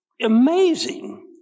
amazing